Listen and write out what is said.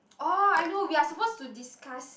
oh I know we are supposed to discuss